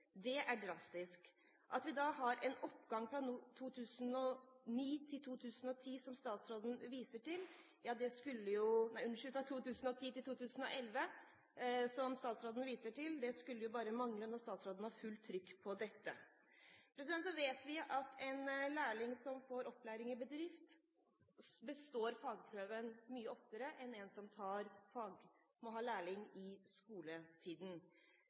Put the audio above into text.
Det er drastisk. At vi da har en oppgang fra 2010 til 2011, som statsråden viser til, skulle jo bare mangle når statsråden har fullt trykk på dette. Så vet vi at en lærling som får opplæring i bedrift, mye oftere består fagprøven enn en som må være lærling i skoletiden.